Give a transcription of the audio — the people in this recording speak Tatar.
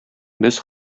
без